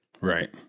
Right